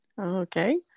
okay